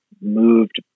moved